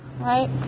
right